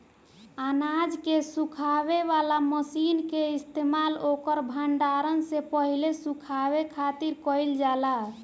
अनाज के सुखावे वाला मशीन के इस्तेमाल ओकर भण्डारण से पहिले सुखावे खातिर कईल जाला